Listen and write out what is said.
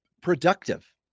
productive